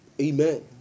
Amen